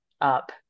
up